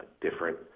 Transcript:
different